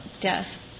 death